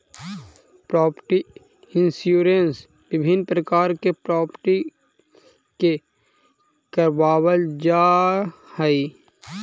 property insurance विभिन्न प्रकार के प्रॉपर्टी के करवावल जाऽ हई